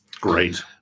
Great